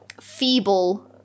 Feeble